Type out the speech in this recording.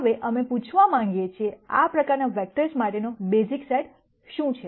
હવે અમે પૂછવા માંગીએ છીએ આ પ્રકારના વેક્ટર્સ માટેનો બેઝિક સેટ શું છે